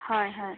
হয় হয়